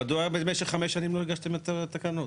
--- במשך 5 שנים לא הגשתם את התקנות.